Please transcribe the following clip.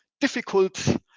difficult